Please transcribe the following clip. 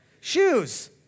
shoes